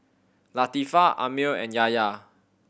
Latifa Ammir and Yahya